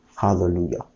Hallelujah